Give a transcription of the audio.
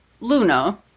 Luna